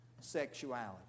sexuality